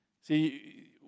See